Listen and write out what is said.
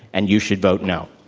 and you should vote, no.